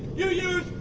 you yeah